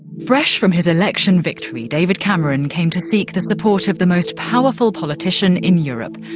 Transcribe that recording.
fresh from his election victory, david cameron came to seek the support of the most powerful politician in europe.